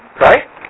right